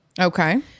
Okay